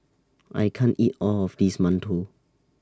I can't eat All of This mantou